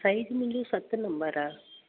size मुंहिंजो सत number आहे